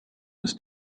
ist